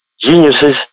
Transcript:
geniuses